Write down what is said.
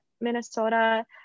Minnesota